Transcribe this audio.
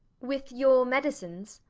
with your medicines?